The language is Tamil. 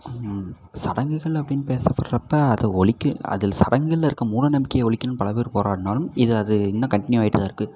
சடங்குகள் அப்படின்னு பேசப்படுறப்ப அதை ஒழிக்க அதில் சடங்குகளில் இருக்க மூடநம்பிக்கையை ஒழிக்கணும்னு பல பேர் போராடினாலும் இது அது இன்னும் கண்டின்யூ ஆகிட்டு தான் இருக்குது